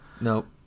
Nope